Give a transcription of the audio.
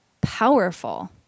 powerful